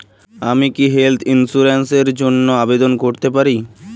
আমি কি health insurance র জন্য আবেদন করতে পারি?